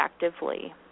effectively